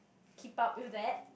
keep up with that